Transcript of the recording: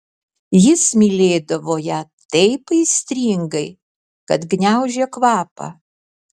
jis mylėdavo ją taip aistringai kad gniaužė kvapą